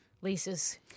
Lisa's